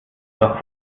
doch